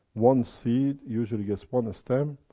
one seed usually gives one stem,